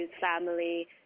family